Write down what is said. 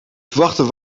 verwachte